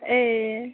ए